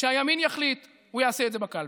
כשהימין יחליט, הוא יעשה את זה בקלפי.